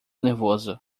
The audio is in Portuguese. nervoso